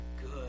good